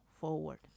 forward